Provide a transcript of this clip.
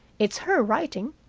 it's her writing,